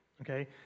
okay